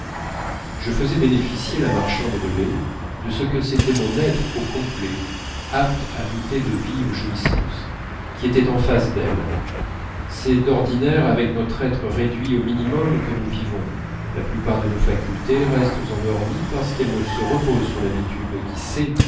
je faisais bénéficier la marchande de lait de ce que c'était mon être complet apte à goûter de vives jouissances qui était en face d'elle c'est d'ordinaire avec notre être réduit au minimum que nous vivons la plupart de nos facultés restent endormies parce qu'elles se reposent sur l'habitude qui sait